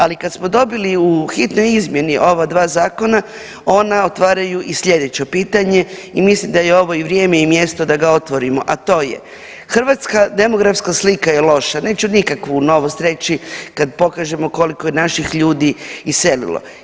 Ali kad smo dobili u hitnoj izmjeni ova dva zakona ona otvaraju i sljedeće pitanje i mislim da je ovo vrijeme i mjesto da ga otvorimo, a to je Hrvatska demografska slika je loša, neću nikakvu novost reći kad pokažemo koliko je naših ljudi iselilo.